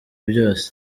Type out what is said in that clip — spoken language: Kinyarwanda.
byose